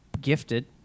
gifted